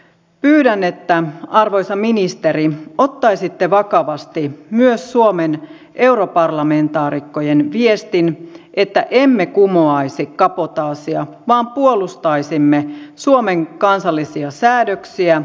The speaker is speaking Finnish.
pyydän arvoisa ministeri että ottaisitte vakavasti myös suomen europarlamentaarikkojen viestin että emme kumoaisi kabotaasia vaan puolustaisimme suomen kansallisia säädöksiä ja työpaikkoja